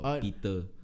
Peter